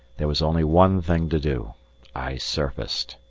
there was only one thing to do i surfaced.